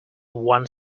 one